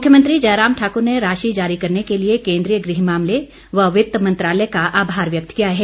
मुख्यमंत्री जयराम ठाकर ने राशि जारी करने के लिए केंद्रीय गृह मामले व वित्त मंत्रालय का आभार व्यक्त किया है